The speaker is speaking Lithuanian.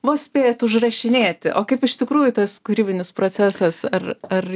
vos spėjat užrašinėti o kaip iš tikrųjų tas kūrybinis procesas ar ar